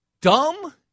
dumb